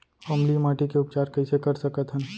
अम्लीय माटी के उपचार कइसे कर सकत हन?